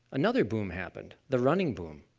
another boom happened the running boom.